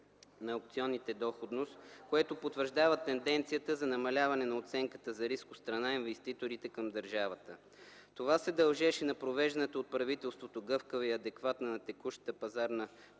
на аукционите доходност, което потвърждава тенденцията за намаляване на оценката за риска от страна на инвеститорите към държавата. Това се дължеше на провежданата от правителството гъвкава и адекватна на текущата пазарна